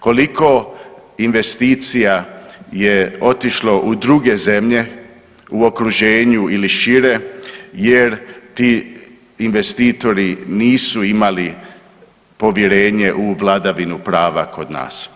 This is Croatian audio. Koliko investicija je otišlo u druge zemlje u okruženju ili šire jer ti investitori nisu imali povjerenje u vladavinu prava kod nas.